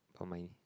oh my